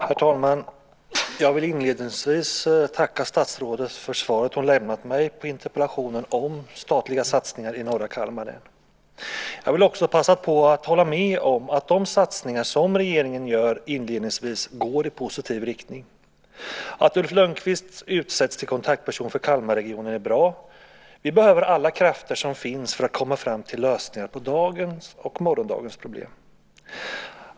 Herr talman! Jag vill inledningsvis tacka statsrådet för svaret som hon har lämnat mig på interpellationen om statliga satsningar i norra Kalmar län. Jag vill också passa på att hålla med om att de satsningar som regeringen gör inledningsvis går i positiv riktning. Att Ulf Lönnquist har utsetts till kontaktperson för Kalmarregionen är bra. Vi behöver alla krafter som finns för att komma fram till lösningar på dagens och morgondagens problem.